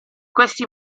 questi